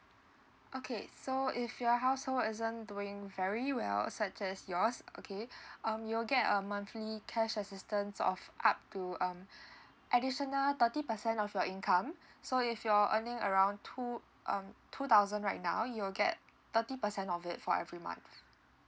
okay so if your household isn't doing very well such as yours okay um you will get a monthly cash assistance of up to um additional thirty percent of your income so if you're earning around two um two thousand right now you will get thirty percent of it for every month